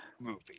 movie